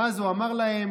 ואז הוא אמר להם: